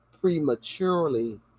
prematurely